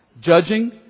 Judging